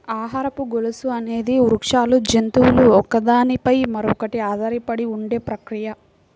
ఆహారపు గొలుసు అనేది వృక్షాలు, జంతువులు ఒకదాని పై మరొకటి ఆధారపడి ఉండే ప్రక్రియ